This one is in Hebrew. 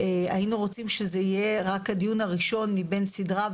היינו רוצים שזה יהיה רק הדיון הראשון מבין סדרה,